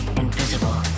invisible